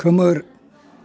खोमोर